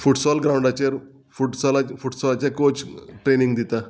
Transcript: futsal ग्रावंडाचेर फुटसोला फुटसॉलाचे कोच ट्रेनींग दिता